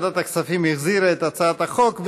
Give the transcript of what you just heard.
ועדת הכספים החזירה את הצעת החוק,